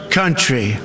country